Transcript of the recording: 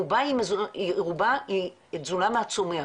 שרובה היא תזונה מהצומח.